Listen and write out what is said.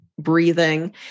breathing